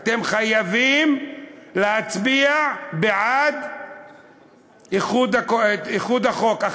אתם חייבים להצביע בעד איחוד החוק,